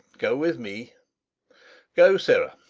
go with me go, sirrah,